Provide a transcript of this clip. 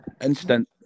instant